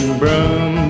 broom